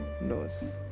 knows